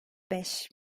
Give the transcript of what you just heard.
beş